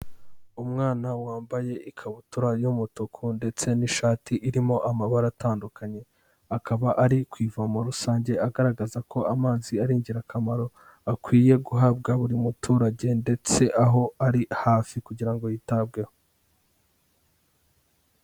Umwana wambaye ikabutura y'umutuku ndetse n'ishati irimo amabara atandukanye, akaba ari ku ivomo rusange agaragaza ko amazi ari ingirakamaro, akwiye guhabwa buri muturage ndetse aho ari hafi kugira ngo yitabweho.